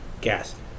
Gas